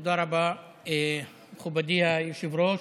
תודה רבה, מכובדי היושב-ראש.